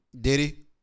Diddy